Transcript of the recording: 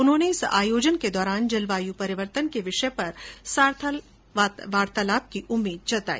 उन्होंने इस आयोजन के दौरान जलवायु परिवर्तन के विषय पर सार्थक वार्तालाप की उम्मीद भी जताई